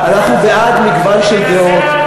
אנחנו בעד מגוון של דעות,